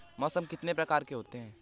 मौसम कितनी प्रकार के होते हैं?